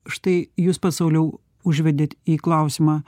štai jūs pats sauliau užvedėt į klausimą